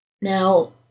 Now